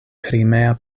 krimea